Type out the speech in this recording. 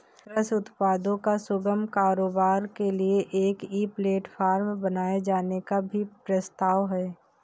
कृषि उत्पादों का सुगम कारोबार के लिए एक ई प्लेटफॉर्म बनाए जाने का भी प्रस्ताव है